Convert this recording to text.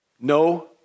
No